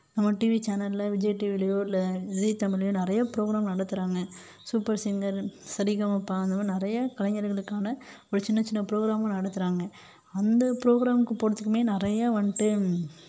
நம்ம டிவி சேனலில் விஜய் டிவிலேயோ இல்லை ஜீ தமிழ்லேயோ நிறைய ப்ரோக்ராம் நடத்துகிறாங்க சூப்பர் சிங்கர் சரி கம ப அந்த மாதிரி நிறைய கலைஞர்களுக்கான ஒரு சின்னச்சின்ன ப்ரோக்ராமும் நடத்துகிறாங்க அந்த ப்ரோக்ராமுக்கு போகிறத்துக்குமே நிறையா வந்துட்டு